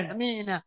Amen